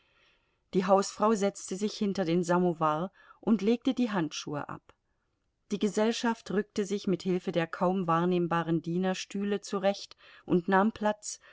die hausfrau setzte sich hinter den samowar und legte die handschuhe ab die gesellschaft rückte sich mit hilfe der kaum wahrnehmbaren diener stühle zu recht und nahm platz